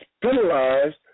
penalized